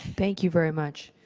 thank you very much.